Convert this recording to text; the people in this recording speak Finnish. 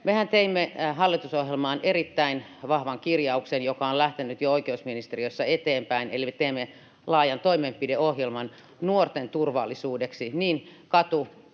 Mehän teimme hallitusohjelmaan erittäin vahvan kirjauksen, joka on lähtenyt jo oikeusministeriössä eteenpäin. Eli me teemme laajan toimenpideohjelman nuorten turvallisuudeksi,